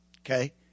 okay